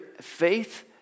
Faith